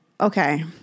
okay